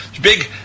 big